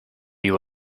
you